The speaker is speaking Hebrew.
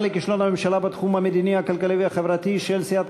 עריצות ודיקטטורה של הרוב הקואליציוני נגד האופוזיציה בכנסת,